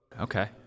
Okay